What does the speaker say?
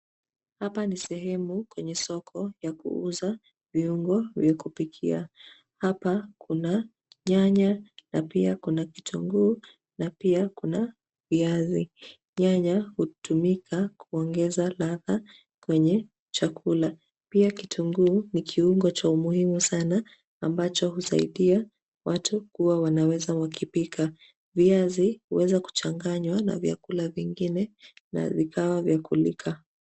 Hapa ni sehemu kwenye soko ya kuuza viungo vya kupikia. Hapa kuna nyanya na pia kuna kitunguu, na pia kuna viazi. Nyanya hutumika kuongeza ladha kwenye chakula. Pia kitunguu ni kiungo cha umuhimu sana ambacho husaidia watu kuwa wanaweza wakipika. Viazi huweza kuchanganywa na vyakula vingine na vikawa vya kulika.